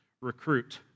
recruit